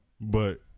but-